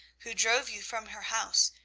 who drove you from her house,